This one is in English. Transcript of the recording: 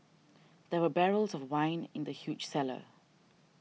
there were barrels of wine in the huge cellar